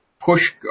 Push